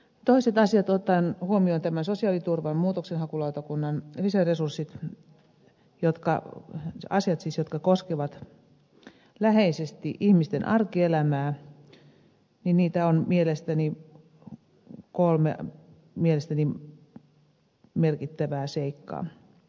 toiset asiat ottaen huomioon sosiaaliturvan muutoksenhakulautakunnan lisäresurssit koskevat läheisesti ihmisten arkielämää ja niitä on mielestäni kolme merkittävää seikkaa